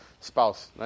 spouse